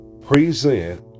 present